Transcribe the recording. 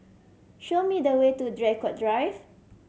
show me the way to Draycott Drive